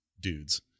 dudes